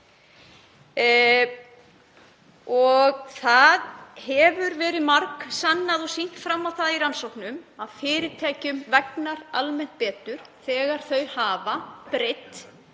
Það hefur verið margsannað og sýnt fram á það í rannsóknum að fyrirtækjum vegnar almennt betur þegar þau hafa breidd